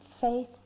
faith